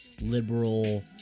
liberal